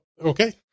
Okay